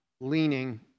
leaning